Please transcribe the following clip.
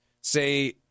say